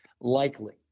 likely